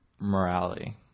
morality